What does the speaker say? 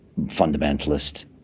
fundamentalist